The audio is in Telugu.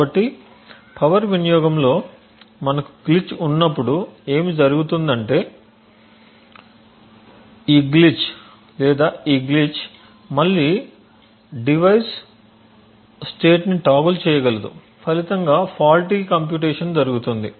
కాబట్టి పవర్ వినియోగంలో మనకు గ్లిచ్ ఉన్నప్పుడు ఏమి జరుగుతుంది అంటే ఈ గ్లిచ్ లేదా ఈ గ్లిచ్ మళ్ళీ డివైస్ స్టేట్ని టోగుల్చేయగలదు ఫలితంగా ఫాల్టీ కంప్యూటేషన్ జరుగుతుంది